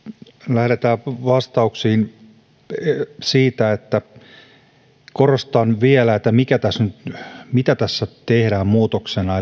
lähdetään vastauksiin siitä että korostan vielä mitä tässä tehdään muutoksena